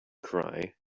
cry